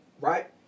Right